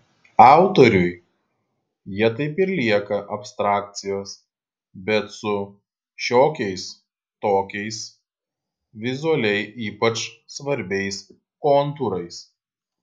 autoriui jie taip ir lieka abstrakcijos bet su šiokiais tokiais vizualiai ypač svarbiais kontūrais